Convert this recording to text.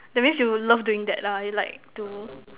that means you love doing that lah you like to